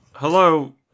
Hello